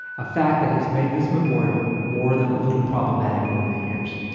a fact that has made this memorial more than a little problematic over the years,